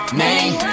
name